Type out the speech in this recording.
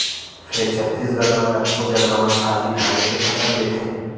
फेर छत्तीसगढ़ म कतको जघा म खाली धाने के फसल लेथें